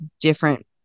different